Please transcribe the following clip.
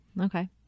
Okay